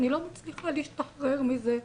אני לא מצליחה להשתחרר מזה.